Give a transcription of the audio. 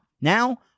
Now